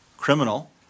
criminal